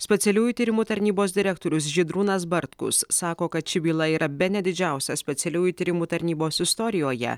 specialiųjų tyrimų tarnybos direktorius žydrūnas bartkus sako kad ši byla yra bene didžiausia specialiųjų tyrimų tarnybos istorijoje